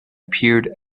appeared